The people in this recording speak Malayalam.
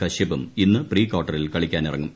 കശ്യപും ഇന്ന് പ്രീ ക്വാർട്ടറിൽ കളിക്കാനിറങ്ങും